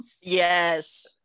Yes